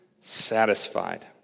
satisfied